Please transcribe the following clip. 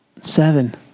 seven